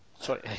Sorry